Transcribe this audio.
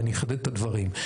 ואני אחדד את הדברים.